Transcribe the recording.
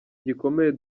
gikomeye